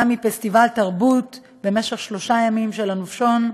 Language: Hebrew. גם עם פסטיבל תרבות במשך שלושה ימים של הנופשון.